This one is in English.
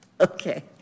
Okay